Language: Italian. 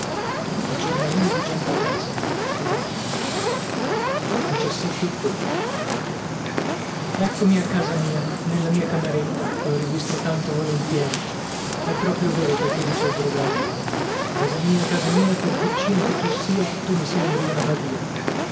e pero e le o ei ottobre eccomi a casa mia nella mia cameretta che ho rivisto tanto volentieri è proprio vero quel che dice il proverbio casa mia casa mia per piccina che tu sia tu mi sembri una badia